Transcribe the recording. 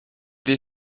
des